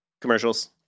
Commercials